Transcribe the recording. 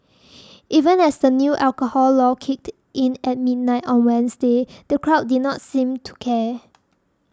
even as the new alcohol law kicked in at midnight on Wednesday the crowd did not seem to care